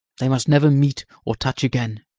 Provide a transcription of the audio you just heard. they must never meet or touch again.